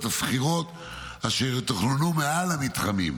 הסחירות אשר תוכננו מעל המתחמים,